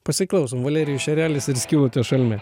pasiklausom valerijus šerelis ir skylutės šalme